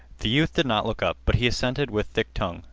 the youth did not look up, but he assented with thick tongue.